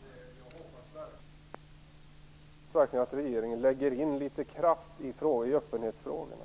Fru talman! Jag hoppas verkligen att regeringen lägger in litet kraft i öppenhetsfrågorna.